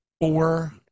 four